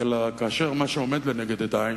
אלא כאשר מה שעומד לנגד עיני